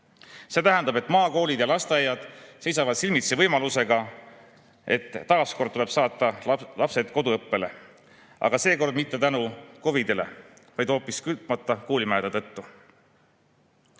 See tähendab, et maakoolid ja lasteaiad seisavad silmitsi võimalusega, et taas kord tuleb saata lapsed koduõppele. Aga seekord mitte COVID‑i pärast, vaid hoopis kütmata koolimajade